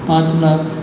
पाच लाख